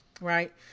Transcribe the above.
right